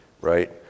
right